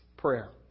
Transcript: prayer